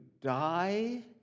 die